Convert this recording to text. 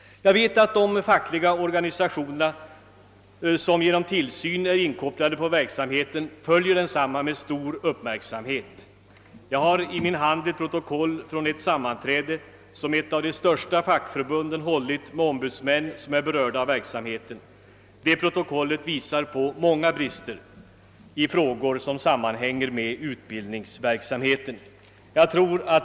Jag vet att de fackliga organisationer som genom tillsynen är in kopplade på verksamheten följer denna med stor uppmärksamhet. Jag har i min hand ett protokoll från ett sammanträde, som ett av de största fackförbunden har hållit med ombudsmän vilka är berörda av verksamheten. Detta protokoll visar på många brister i frågor som sammanhänger med utbildningsverksamheten.